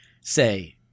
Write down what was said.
say